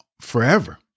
forever